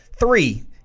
Three